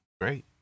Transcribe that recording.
great